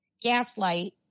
gaslight